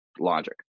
logic